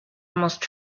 almost